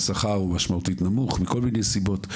השכר הוא משמעותית נמוך מכל מיני סיבות.